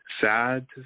Sad